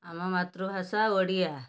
ଆମ ମାତୃଭାଷା ଓଡ଼ିଆ